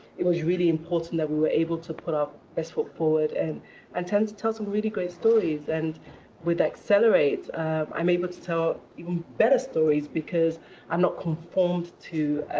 it was really important that we were able to put our best foot forward and and tend to tell some really great stories. and with accelerate, um i'm able to tell even better stories because i'm not conformed to